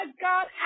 God